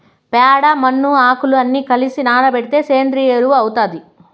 ప్యాడ, మన్ను, ఆకులు అన్ని కలసి నానబెడితే సేంద్రియ ఎరువు అవుతాది